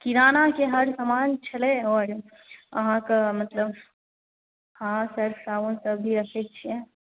किरानाके हर समान छलै आओर अहाँक मतलब हँ सर्फ़ साबुनसभ भी रखै छियै